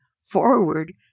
forward